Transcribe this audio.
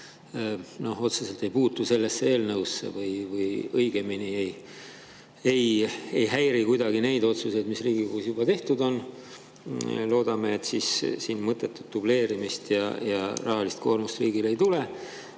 otseselt sellesse eelnõusse või õigemini ei häiri kuidagi neid otsuseid, mis on Riigikogus juba tehtud. Loodame, et mõttetut dubleerimist ja rahalist koormust riigile ei tule.